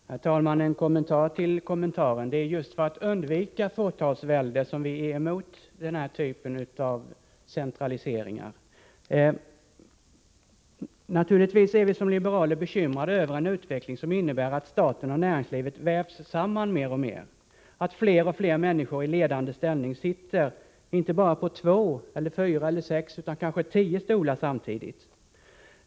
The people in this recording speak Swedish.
Herr talman! En kommentar till kommentaren. Det är just för att undvika fåtalsvälde som vi är emot den här typen av centralisering. Naturligtvis är vi som liberaler bekymrade över den utveckling som innebär att staten och näringslivet mer och mer vävs samman, att fler och fler människor i ledande ställning sitter inte bara på två eller fyra eller sex utan på kanske tio stolar samtidigt.